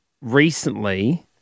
recently